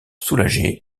soulager